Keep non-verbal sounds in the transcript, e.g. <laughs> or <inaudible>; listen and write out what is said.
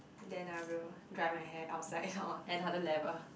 then I will dry my hair outside <laughs> on another level